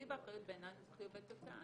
בעיני טיב האחריות זה חיובי תוצאה.